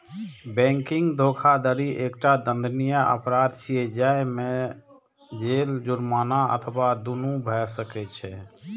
banking धोखाधड़ी एकटा दंडनीय अपराध छियै, जाहि मे जेल, जुर्माना अथवा दुनू भए सकै छै